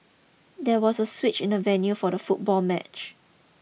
there was a switch in the venue for the football match